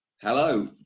hello